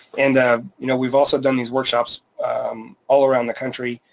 and ah you know we've also done these workshops all around the country,